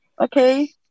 okay